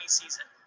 season